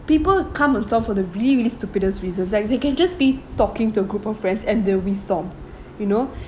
people come on stomp for the really really stupidest reasons like they can just be talking to a group of friends and they'll be stomped you know